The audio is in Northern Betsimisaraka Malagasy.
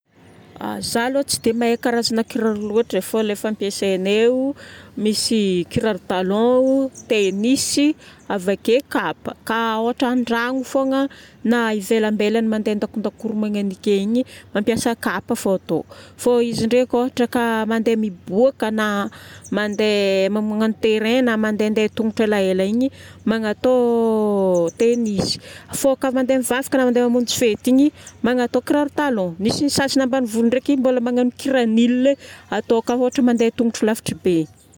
za aloha tsy dia mahay karazagna kiraro loatra e, fô le fampiasaignay eo, misy kiraro talon, tennis, avake kapa. Ka ôhatra andragno fogna na ivelambelany mandeha andakondakoro manendi ke igny, mampiasa kapa fô ataoko. Fô izy ndraiky ôhatra ka mandeha miboaka na mandeha magnano terrain na mandendeha tongotra elaela igny, magnatao tennis, fô ka mandeha mivavaka na mandeha mamonjy fety igny, magnatao kiraro talon. Misy ny sasany ambanivolo ndraiky mbola magnano kyranyle atao kapa ohatra mandeha tongotro lavitra be.